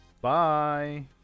bye